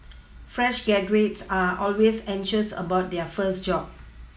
fresh graduates are always anxious about their first job